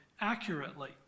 accurately